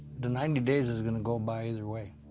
the ninety days is gonna go by either way.